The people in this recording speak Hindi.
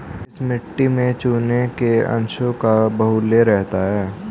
किस मिट्टी में चूने के अंशों का बाहुल्य रहता है?